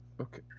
Okay